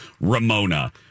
Ramona